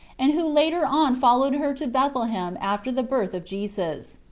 and who later on followed her to bethlehem after the birth of jesus.